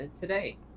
today